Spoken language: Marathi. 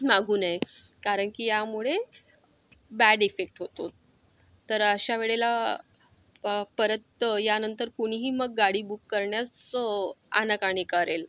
मागू नये कारण की यामुळे बॅड इफेक्ट होतो तर अशा वेळेला परत यांनतर कोणीही मग गाडी बुक करण्यास आनाकानी करेल